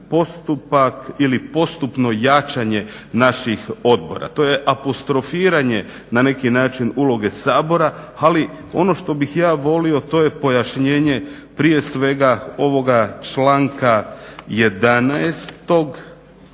postupak ili postupno jačanje naših odbora, to je apostrofiranje na neki način uloge Sabora, ali ono što bih ja volio to je pojašnjenje prije svega ovoga članka 11.